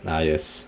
ah yes